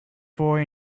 boy